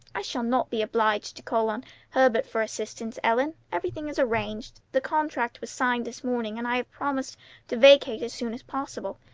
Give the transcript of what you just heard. i shall not be obliged to call on herbert for assistance, ellen. everything is arranged. the contract was signed this morning, and i have promised to vacate as soon as possible.